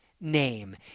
name